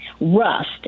rust